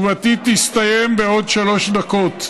תשובתי תסתיים בעוד שלוש דקות.